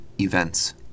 Events